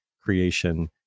creation